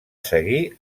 seguir